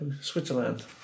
Switzerland